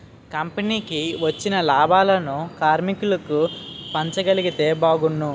కంపెనీకి వచ్చిన లాభాలను కార్మికులకు పంచగలిగితే బాగున్ను